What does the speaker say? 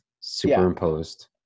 superimposed